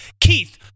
keith